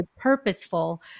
purposeful